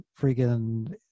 freaking